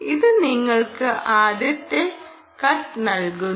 ഇത് നിങ്ങൾക്ക് ആദ്യത്തെ കട്ട് നൽകുന്നു